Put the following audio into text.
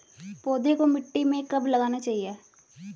पौधे को मिट्टी में कब लगाना चाहिए?